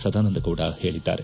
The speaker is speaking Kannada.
ಸದಾನಂದಗೌಡ ಹೇಳಿದ್ದಾರೆ